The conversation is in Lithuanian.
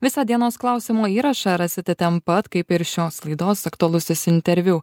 visą dienos klausimo įrašą rasite ten pat kaip ir šios laidos aktualusis interviu